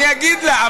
אני אגיד לך.